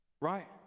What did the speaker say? right